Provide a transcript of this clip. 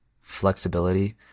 flexibility